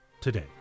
Today